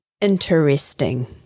interesting